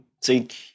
take